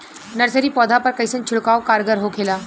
Nursery पौधा पर कइसन छिड़काव कारगर होखेला?